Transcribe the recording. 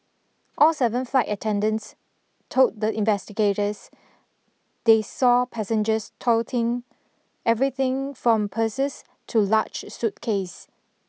all seven flight attendants told the investigators they saw passengers toting everything from purses to large suitcases